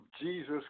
Jesus